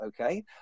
okay